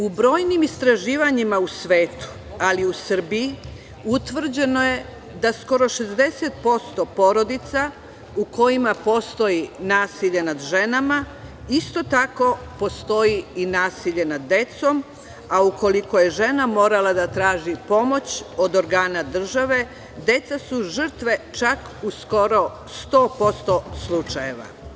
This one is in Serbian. U brojnim istraživanjima u svetu, ali i u Srbiji utvrđeno je da skoro 60% porodica u kojima postoji nasilje nad ženama isto tako postoji i nasilje nad decom, a ukoliko je žena morala da traži pomoć od organa države deca su žrtve u skoro 100% slučajeva.